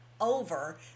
over